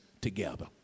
together